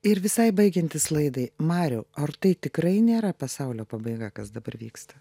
ir visai baigiantis laidai mariau ar tai tikrai nėra pasaulio pabaiga kas dabar vyksta